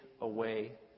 away